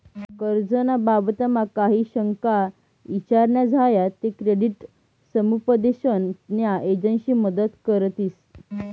कर्ज ना बाबतमा काही शंका ईचार न्या झायात ते क्रेडिट समुपदेशन न्या एजंसी मदत करतीस